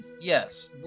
yes